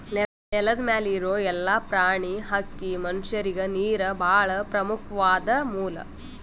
ನೆಲದ್ ಮ್ಯಾಲ್ ಇರೋ ಎಲ್ಲಾ ಪ್ರಾಣಿ, ಹಕ್ಕಿ, ಮನಷ್ಯರಿಗ್ ನೀರ್ ಭಾಳ್ ಪ್ರಮುಖ್ವಾದ್ ಮೂಲ